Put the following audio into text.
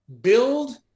build